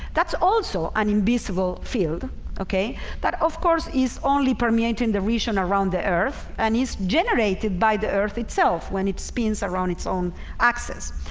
that's also an invisible field ok that of course is only permeating the region around the earth and it's generated by the earth itself when it spins around its own axis